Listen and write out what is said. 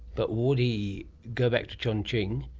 but would he go back to chongqing,